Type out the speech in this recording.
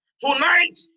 Tonight